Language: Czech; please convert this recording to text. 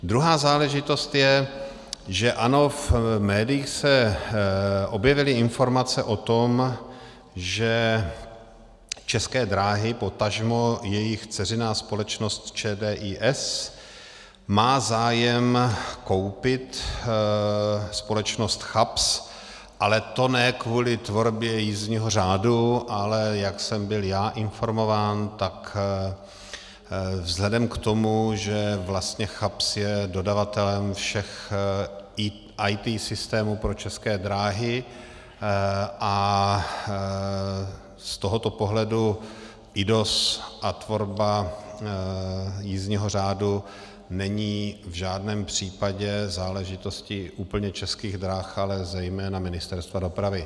Druhá záležitost je, že ano, v médiích se objevily informace o tom, že České dráhy, potažmo jejich dceřiná společnost ČDIS má zájem koupit společnost CHAPS, ale to ne kvůli tvorbě jízdního řádu, ale jak jsem byl já informován, tak vzhledem k tomu, že vlastně CHAPS je dodavatelem všech IT systémů pro České dráhy, a z tohoto pohledu IDOS a tvorba jízdního řádu není v žádném případě záležitostí úplně Českých drah, ale zejména Ministerstva dopravy.